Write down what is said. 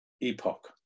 epoch